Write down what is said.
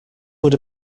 would